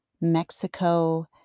Mexico